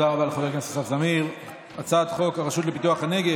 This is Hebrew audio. רצינו להגדיל קנסות למוסדות חינוך שנשארים פתוחים,